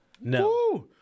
No